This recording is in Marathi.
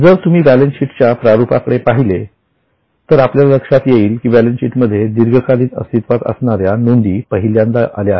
जर तुम्ही बॅलन्सशीटच्या प्रारुपाकडे पाहिले तर आपल्या लक्षात येईल बॅलन्सशीट मध्ये दीर्घकालीन अस्तित्वात असणाऱ्या नोंदी पहिल्यांदा आल्या आहेत